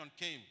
came